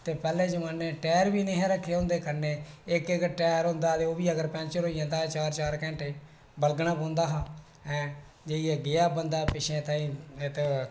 ते पैह्ले जमाने टैर बी नेईं हे रक्खे दे होंदे कन्नै इक इक टैर होंदा हा ते ओह् बी अगर पैंचर होंदा हा जे चार चार घंटे बलगना पौंदा हा लेइयै गेआ बंदा पिच्छै तां